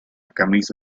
camisa